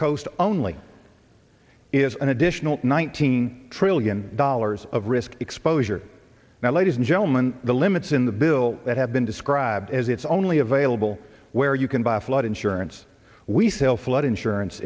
coast only is an additional one thousand trillion dollars of risk exposure now ladies and gentlemen the limits in the bill that have been described as it's only available where you can buy flood insurance we sail flood insurance